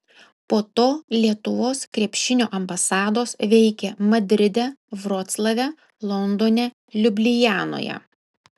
po to lietuvos krepšinio ambasados veikė madride vroclave londone liublianoje